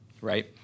right